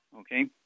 okay